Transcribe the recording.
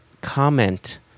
comment